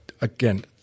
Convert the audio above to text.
again